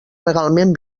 legalment